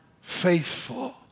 faithful